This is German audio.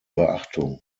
beachtung